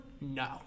No